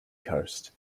coast